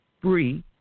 Bree